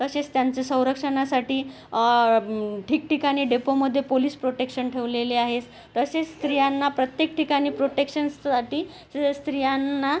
तसेच त्यांचं संरक्षणासाठी ठिकठिकाणी डेपोमध्ये पोलिस प्रोटेक्शन ठेवलेले आहे तसेच स्त्रियांना प्रत्येक ठिकाणी प्रोटेक्शनसाठी स्र स्त्रियांना